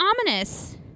ominous